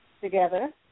together